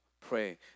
pray